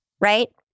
right